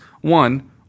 One